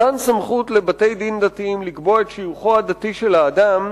מתן סמכות לבתי-דין דתיים לקבוע את שיוכו הדתי של האדם,